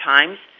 Times